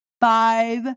five